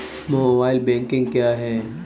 Mobile banking क्या है?